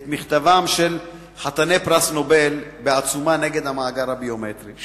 את מכתבם של חתני פרס נובל בעצומה נגד המאגר הביומטרי,